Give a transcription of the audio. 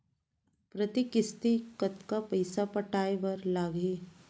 प्रति किस्ती कतका पइसा पटाये बर लागही?